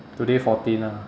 today fourteen ah